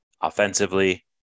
offensively